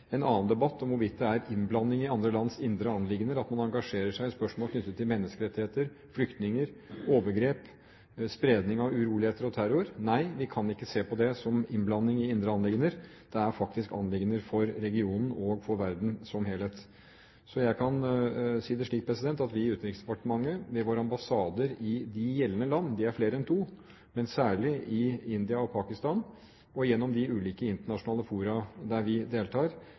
andre lands indre anliggender at man engasjerer seg i spørsmål knyttet til menneskerettigheter, flyktninger, overgrep, spredning av uroligheter og terror. Nei, vi kan ikke se på det som innblanding i indre anliggender. Det er faktisk anliggender for regionen og for verden som helhet. Jeg kan si det slik at vi i Utenriksdepartementet, ved våre ambassader i de gjeldende land – de er flere enn to – men særlig i India og Pakistan og gjennom de ulike internasjonale fora der vi deltar,